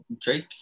drake